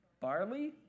barley